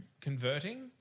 converting